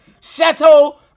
chateau